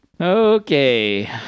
Okay